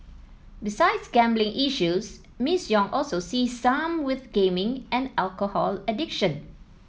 besides gambling issues Miss Yong also sees some with gaming and alcohol addiction